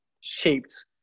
shaped